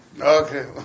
Okay